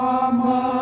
Mama